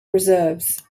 reserves